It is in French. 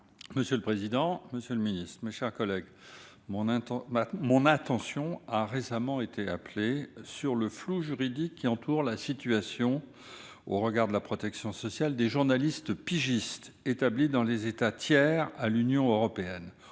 et de la santé. Monsieur le secrétaire d'État, mon attention a récemment été appelée sur le flou juridique qui entoure la situation, au regard de la protection sociale, des journalistes pigistes établis dans les États tiers à l'Union européenne